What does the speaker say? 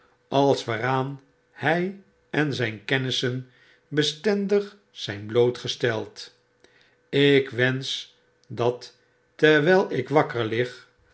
als waaraan hi en zijn kennissen bestendig zyn blootgsteld ik wensch dat terwyl ik wakker lig